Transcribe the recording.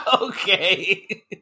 Okay